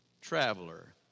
traveler